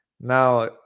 Now